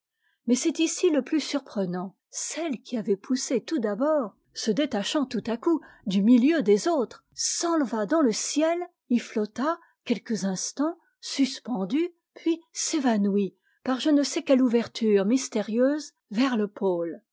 mais c'est ici le plus surprenant celle qui avait poussé tout d'abord se détachant tout à coup du milieu des autres s'enleva dans le ciel y flotta quelques instants suspendue puis s'évanouit par je ne sais quelle ouverture mystérieuse vers le pôle